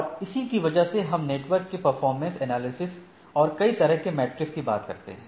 और इसी की वजह से हम नेटवर्क के परफॉर्मेंस एनालिसिस और कई तरह के मैट्रिक्स की बात करते हैं